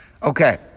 Okay